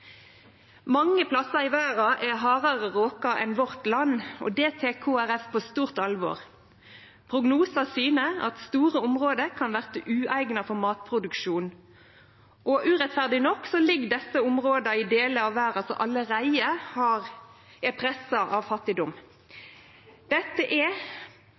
Mange stader i verda er hardare råka enn vårt land, og det tek Kristeleg Folkeparti på stort alvor. Prognosar syner at store område kan bli ueigna for matproduksjon. Urettferdig nok ligg desse områda i delar av verda som allereie er pressa av fattigdom. Dette